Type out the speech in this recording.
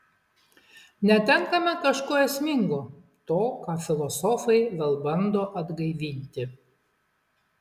netenkame kažko esmingo to ką filosofai vėl bando atgaivinti